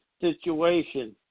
situation